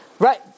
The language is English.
Right